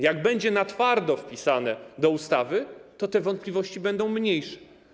Jak będzie twardo wpisane do ustawy, to wątpliwości będą mniejsze.